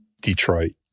Detroit